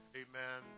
amen